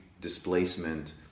displacement